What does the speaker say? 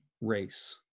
race